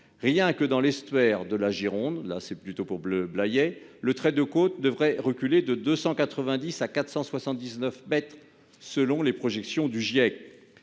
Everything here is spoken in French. Rien que dans l'estuaire de la Gironde, pour ce qui concerne Blayais, le trait de côte devrait reculer de 290 à 479 mètres, selon les projections du Giec.